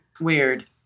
Weird